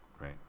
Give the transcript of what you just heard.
right